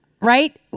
right